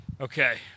Okay